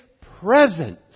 presence